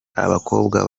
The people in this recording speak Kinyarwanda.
abakobwa